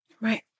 right